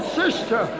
sister